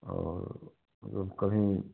और जब कभी